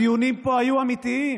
הדיונים פה היו אמיתיים.